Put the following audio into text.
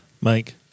Mike